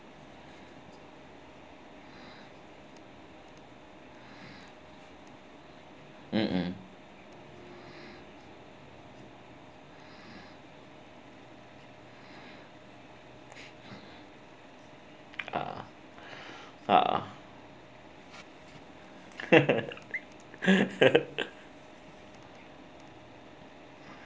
mmhmm (uh huh) (uh huh)